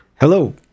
Hello